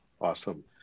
Awesome